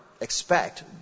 expect